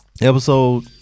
episode